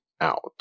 out